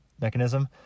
mechanism